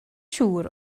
siŵr